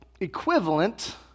equivalent